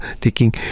taking